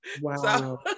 wow